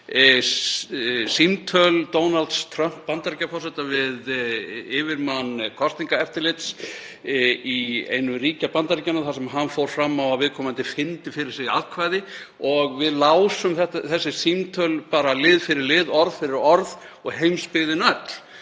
símtöl Donalds Trumps Bandaríkjaforseta við yfirmann kosningaeftirlits í einu ríkja Bandaríkjanna þar sem hann fór fram á að viðkomandi fyndi fyrir sig atkvæði. Við lásum þessi símtöl lið fyrir lið, orð fyrir orð, heimsbyggðin öll.